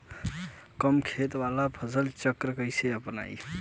कम खेत वाला फसल चक्र कइसे अपनाइल?